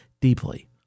deeply